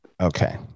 Okay